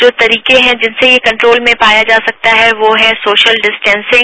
जो तरीके हैं जिससे यह कंट्रोल में पाया जा सकता है वो है सोशल डिस्टेसिंग